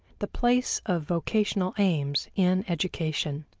the place of vocational aims in education.